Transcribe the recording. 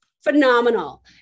phenomenal